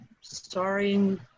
Sorry